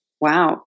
Wow